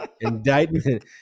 Indictment